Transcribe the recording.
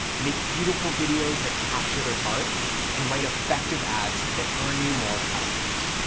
make beautiful videos that capture their heart and write effective ads that earn you more customers.